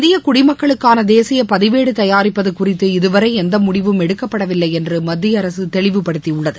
இந்திய குடிமக்களுக்கான தேசிய பதிவேடு தயாரிப்பது குறித்து இதுவரை எந்த முடிவும் எடுக்கப்படவில்லை என்று மத்திய அரசு தெளிவுப்படுத்தியுள்ளது